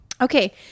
Okay